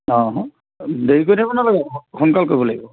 অঁ দেৰি কৰি থাকিব নালাগে সোনকাল কৰিব লাগিব